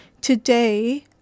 today